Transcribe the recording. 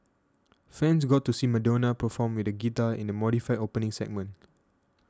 fans got to see Madonna perform with a guitar in the modified opening segment